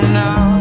now